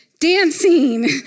dancing